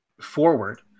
forward